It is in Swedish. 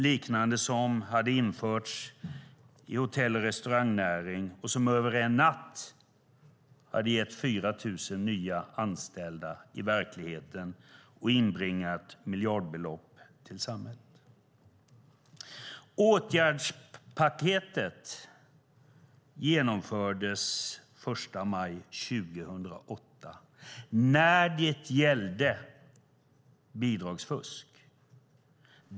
Liknande hade införts i hotell och restaurangnäringen och hade över en natt gett 4 000 nya anställda i verkligheten och inbringat miljardbelopp till samhället. Åtgärdspaketet genomfördes den 1 maj 2008 när det gällde bidragsfusk.